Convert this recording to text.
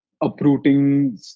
uprooting